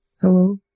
Hello